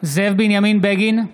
זאב בנימין בגין,